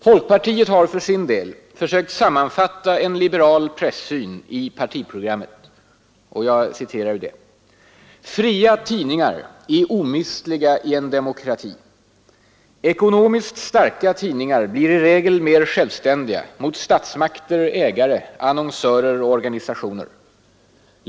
Folkpartiet har för sin del försökt sammanfatta en liberal pressyn i partiprogrammet: ”Fria tidningar är omistliga i en demokrati. ——— Ekonomiskt starka tidningar blir i regel mer självständiga — mot statsmakter, ägare, annonsörer och organisationer.